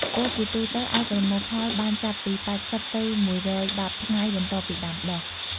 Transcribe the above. ពោតជាទូទៅអាចប្រមូលផលបានចាប់ពី ៨០ ទៅ ១១០ ថ្ងៃ បន្ទាប់ពីដាំដុះ។